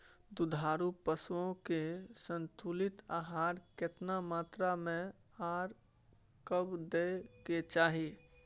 दुधारू पशुओं के संतुलित आहार केतना मात्रा में आर कब दैय के चाही?